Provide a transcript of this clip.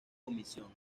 comisión